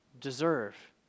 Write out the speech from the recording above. deserve